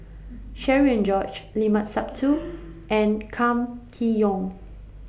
Cherian George Limat Sabtu and Kam Kee Yong